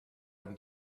him